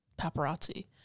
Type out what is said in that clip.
paparazzi